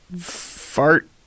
fart